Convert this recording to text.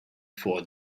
four